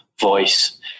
voice